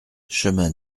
chemin